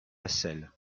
celle